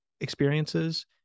experiences